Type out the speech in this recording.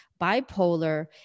bipolar